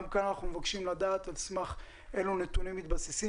גם כאן אנחנו מבקשים לדעת על סמך אילו נתונים מתבססים.